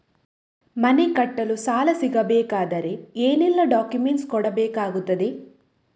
ಮನೆ ಕಟ್ಟಲು ಸಾಲ ಸಿಗಬೇಕಾದರೆ ಏನೆಲ್ಲಾ ಡಾಕ್ಯುಮೆಂಟ್ಸ್ ಕೊಡಬೇಕಾಗುತ್ತದೆ?